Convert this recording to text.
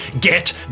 get